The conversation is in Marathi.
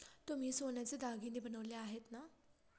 तुम्ही सोन्याचे दागिने बनवले आहेत ना?